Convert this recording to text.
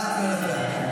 לא להפריע.